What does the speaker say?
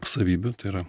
savybių tai yra